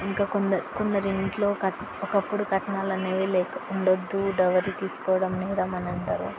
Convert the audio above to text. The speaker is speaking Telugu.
ఇంకా కొందరి ఇంట్లో ఒకప్పుడు కట్నాలు అనేవి లేక ఉండవద్దు డౌరీ తీసుకోవడం నేరం అని అంటారు